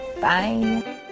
Bye